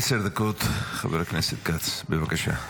עשר דקות, חבר הכנסת כץ, בבקשה.